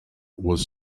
was